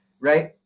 right